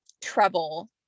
trouble